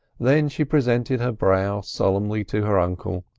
then she presented her brow solemnly to her uncle,